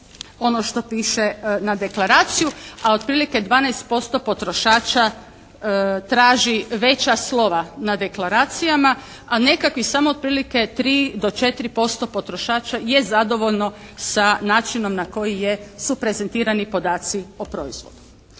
ono što piše na deklaraciju, a otprilike 12% potrošača traži veća slova na deklaracijama a nekakvi samo otprilike 3 do 4% potrošača je zadovoljno sa načinom na koji je, su prezentirani podaci o proizvodi.